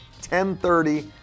10.30